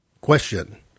Question